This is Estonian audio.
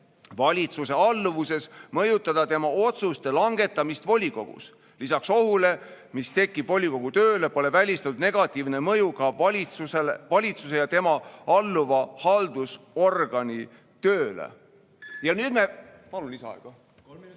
valitsuse alluvuses mõjutada tema otsuste langetamist volikogus. Lisaks ohule, mis tekib volikogu tööle, pole välistatud negatiivne mõju ka valitsuse ja temale alluva haldusorganisatsiooni tööle." Palun lisaaega! Kolm